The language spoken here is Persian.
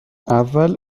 اول